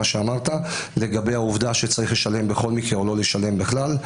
מה שאמרת לגבי העובדה שצריך לשלם בכל מקרה או לא לשלם בכלל.